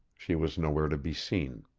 she was nowhere to be seen.